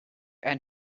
and